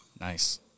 Nice